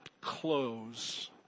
close